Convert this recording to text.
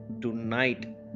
tonight